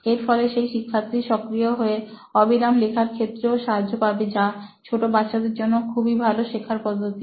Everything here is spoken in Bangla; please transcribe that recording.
এর ফলে সেই শিক্ষার্থী সক্রিয় হয়ে অবিরাম লেখার ক্ষেত্রেও সাহায্য পাবে যা ছোট বাচ্চাদের জন্য খুবই ভালো শেখার পদ্ধতি